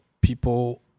people